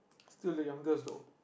still the youngest though